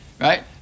right